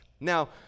Now